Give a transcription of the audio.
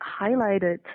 highlighted